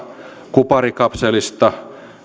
kuparikapselista